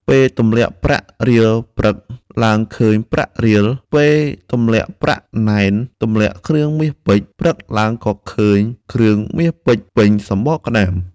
ពេលទម្លាក់ប្រាក់រៀលព្រឹកឡើងឃើញប្រាក់រៀល ពេលទម្លាក់ប្រាក់ណែនទម្លាក់គ្រឿងមាសពេជ្រ ព្រឹកឡើងក៏ឃើញគ្រឿងមាសពេជ្រពេញសំបកក្ដាម។